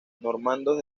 normandos